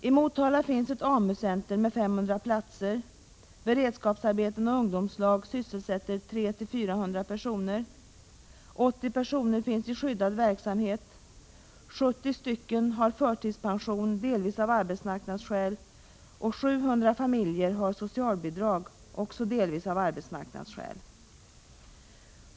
I Motala finns ett AMU-center med 500 platser, beredskapsarbeten och ungdomslag sysselsätter 300-400 personer, 80 personer finns i skyddad verksamhet, 70 har förtidspension, delvis av arbetsmarknadsskäl, och 700 familjer har socialbidrag, också delvis av arbetsmarknadsskäl.